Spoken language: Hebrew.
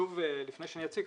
לפני שאני אציג,